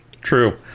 True